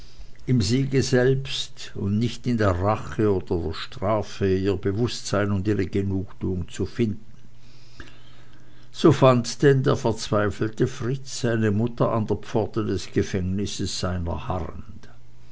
im siege selbst und nicht in der rache oder strafe ihr bewußtsein und ihre genugtuung zu finden so fand denn der verzweifelte fritz seine mutter an der pforte des gefängnisses seiner harrend